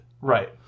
right